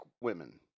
women